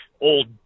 old